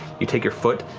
you take your foot,